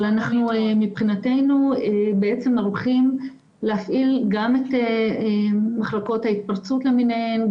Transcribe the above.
אבל מבחינתנו אנחנו ערוכים להפעיל גם את מחלקות ההתפרצות למיניהן,